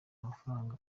amafaranga